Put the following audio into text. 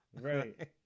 Right